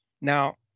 Now